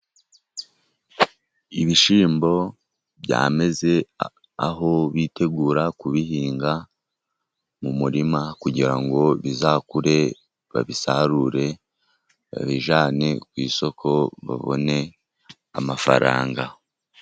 Ubishyimbo byameze aho bitegura kubihinga mu murima kugira ngo bizakure babisarure babijyane ku isoko babone amafaranga.